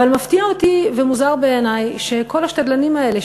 אבל מפתיע אותי ומוזר בעיני שכל השתדלנים האלה,